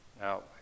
Now